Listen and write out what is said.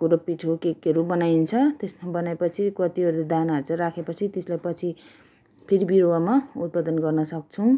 कुरो पिठो के केहरू बनाइन्छ त्यसमा बनाए पछि कतिवटा दानाहरू चाहिँ राखेपछि त्यसलाई पछि फेरि बिरुवामा उत्पादन गर्नसक्छौँ